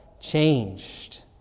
changed